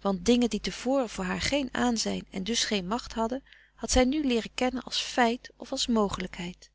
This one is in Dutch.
want dingen die te voren voor haar geen aanzijn en dus geen macht hadden had zij nu leeren kennen als feit of als mogelijkheid